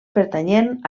pertanyent